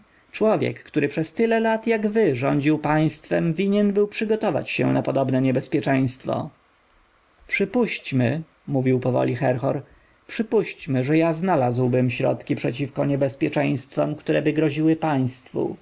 człowiek który przez tyle lat jak wy rządził państwem winien był przygotować się na podobne niebezpieczeństwo przypuśćmy mówił powoli herhor przypuśćmy że ja znalazłbym środki przeciwko niebezpieczeństwom któreby groziły państwu